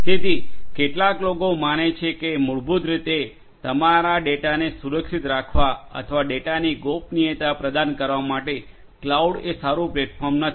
તેથી કેટલાક લોકો માને છે કે મૂળભૂત રીતે તમારા ડેટાને સુરક્ષિત રાખવા અથવા ડેટાની ગોપનીયતા પ્રદાન કરવા માટે ક્લાઉડ એ સારું પ્લેટફોર્મ નથી